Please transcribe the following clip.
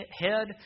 head